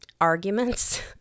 arguments